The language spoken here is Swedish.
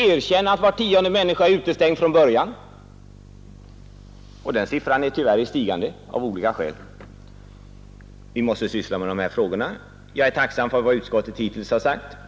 Erkänn att var tionde människa är utestängd från början! Och det antalet är tyvärr i stigande av olika skäl. Vi måste syssla med dessa frågor. Jag är tacksam för vad utskottet hittills har sagt.